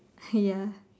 ya